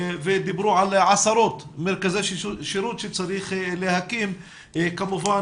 ודיברו על עשרות מרכזי שירות שצריך להקים כמובן